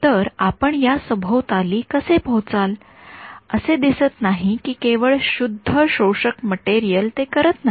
तर आपण या सभोवताली कसे पोहचाल असे दिसत नाही की केवळ शुद्ध शोषक मटेरियल ते करत नाही